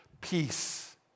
peace